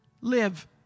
live